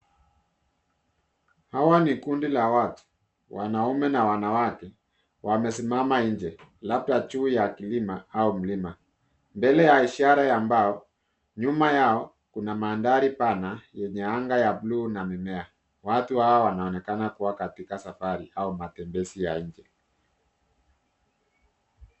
Hawa ni kundi la watu, wanaume na wanawake, wamesimama nje, labda juu ya kilima au mlima mbele ya ishara ya mbao. Nyuma yao kuna mandhari pana yenye anga ya buluu na mimea. Watu hawa wanaonekana kuwa katika safari au matembezi ya nje.